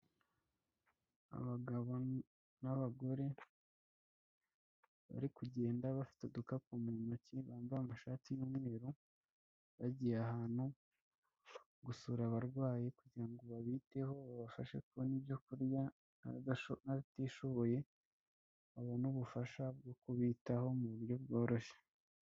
Abagabo n'abagore bari kugenda bafite udukapu mu ntoki, bambaye amashati y'umweru, bagiye ahantu gusura abarwayi, kugira ngo babiteho, babafashe kubona ibyo kurya, abatishoboye babona ubufasha bwo kubitaho mu buryo bworoshye.